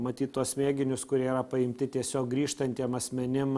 matyt tuos mėginius kurie paimti tiesiog grįžtantiem asmenim